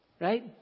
right